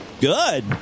good